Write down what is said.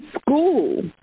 school